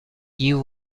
you